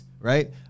right